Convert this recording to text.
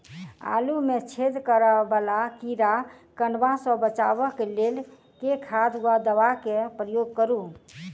आलु मे छेद करा वला कीड़ा कन्वा सँ बचाब केँ लेल केँ खाद वा दवा केँ प्रयोग करू?